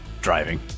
driving